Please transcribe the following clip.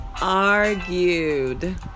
argued